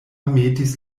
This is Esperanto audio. metis